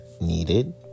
needed